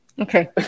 Okay